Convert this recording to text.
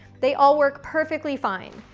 they all work perfectly fine.